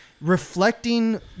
reflecting